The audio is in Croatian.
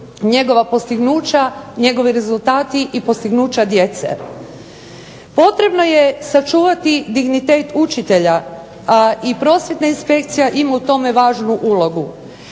njegova postignuća, njegovi rezultati i postignuća djece. Potrebno je sačuvati dignitet učitelja, a i prosvjetna inspekcija ima u tome važnu ulogu.